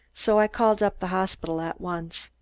so i called up the hospital at once.